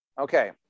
Okay